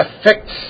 affects